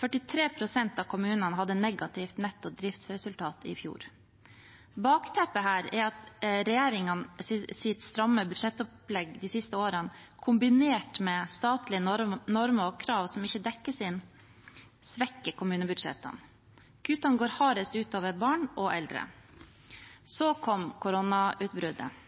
43 pst. av kommunene hadde negativt netto driftsresultat i fjor. Bakteppet her er at regjeringens stramme budsjettopplegg de siste årene, kombinert med statlige normer og krav som ikke dekkes inn, svekker kommunebudsjettene. Kuttene går hardest ut over barn og eldre. Så kom koronautbruddet.